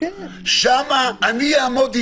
שם אני אעמוד איתך,